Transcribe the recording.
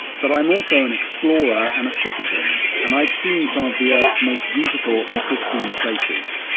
but i am also an explorer and a citizen and i've seen some of the earth's most beautiful and pristine places.